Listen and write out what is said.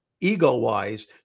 ego-wise